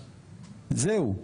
זהו,